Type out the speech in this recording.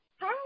Hi